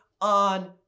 on